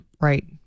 Right